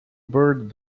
bird